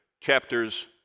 chapters